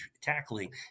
tackling